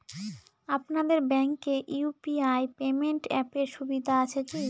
আপনাদের ব্যাঙ্কে UPI payment অ্যাপের সুবিধা আছে কি?